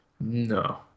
No